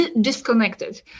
disconnected